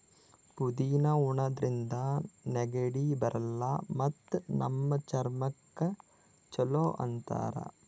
ಪುದಿನಾ ಉಣಾದ್ರಿನ್ದ ನೆಗಡಿ ಬರಲ್ಲ್ ಮತ್ತ್ ನಮ್ ಚರ್ಮಕ್ಕ್ ಛಲೋ ಅಂತಾರ್